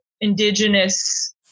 indigenous